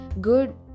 good